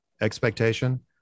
expectation